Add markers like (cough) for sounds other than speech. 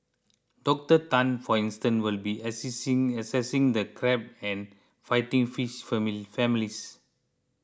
Doctor Tan for instance will be (unintelligible) assessing the carp and fighting fish (unintelligible) families